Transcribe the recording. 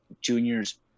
juniors